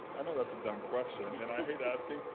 i know that's a dumb question and i hate asking,